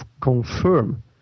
confirm